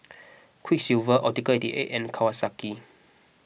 Quiksilver Optical eight eight and Kawasaki